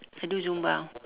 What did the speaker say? I do zumba